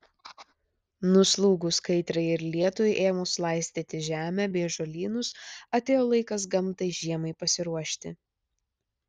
nuslūgus kaitrai ir lietui ėmus laistyti žemę bei žolynus atėjo laikas gamtai žiemai pasiruošti